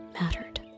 mattered